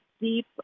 deep